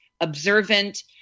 observant